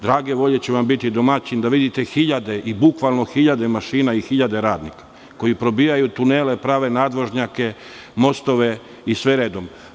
Drage volje ću vam biti domaćin, da vidite hiljade i bukvalno hiljade mašina i hiljade radnika koji probijaju tunele i prave nadvožnjake, mostove i sve redom.